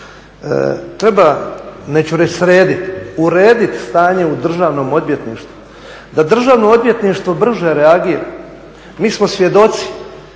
Treba neću reći sredit, uredit stanje u Državnom odvjetništvu, da Državno odvjetništvo brže reagira. Mi smo svjedoci